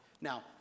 Now